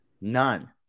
none